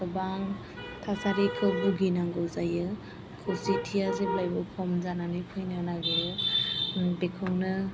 गोबां थासारिखौ भुगिनांगौ जायो खौसेथिया जेब्लायबो खम जानानै फैनो नागिरो बेखौनो